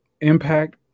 Impact